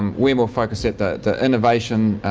um we're more focused at the the innovation,